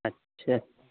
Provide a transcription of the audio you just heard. اچھا